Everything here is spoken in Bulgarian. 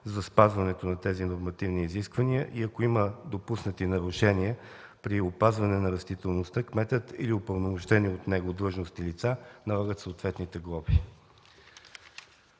за спазване на тези нормативни изисквания. Ако има допуснати нарушения при опазване на растителността, кметът или упълномощени от него длъжностни лица налагат съответните глоби.